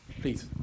Please